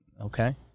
Okay